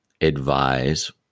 advise